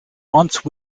once